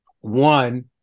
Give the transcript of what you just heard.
one